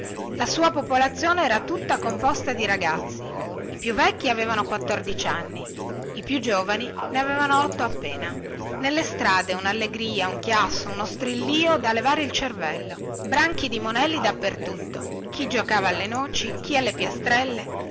la sua popolazione era tutta composta di ragazzi i più vecchi avevano quattordici anni i più giovani ne avevano otto appena nelle strade unallegria un chiasso uno strillìo da levar di cervello branchi di monelli dappertutto chi giocava alle noci chi alle piastrelle